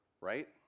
right